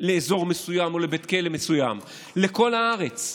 באזור מסוים או בית כלא מסוים, בכל הארץ,